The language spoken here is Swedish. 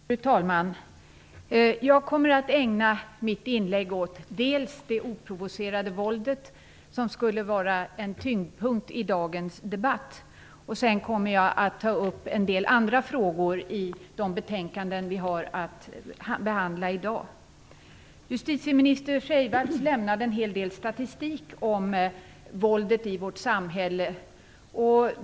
Herr talman! Jag kommer att ägna mitt inlägg åt dels det oprovocerade våldet, som skulle vara en tyngdpunkt i dagens debatt, dels en del andra frågor i de betänkanden som vi har att behandla i dag. Justitieminister Freivalds lämnade en hel del statistik om våldet i vårt samhälle.